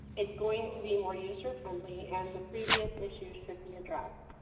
it's going to be more user-friendly and the previous issue should be addressed,